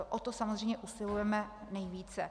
O to samozřejmě usilujeme nejvíce.